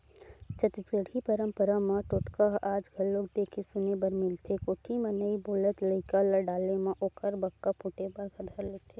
छत्तीसगढ़ी पंरपरा म टोटका ह आज घलोक देखे सुने बर मिलथे कोठी म नइ बोलत लइका ल डाले म ओखर बक्का फूटे बर धर लेथे